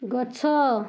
ଗଛ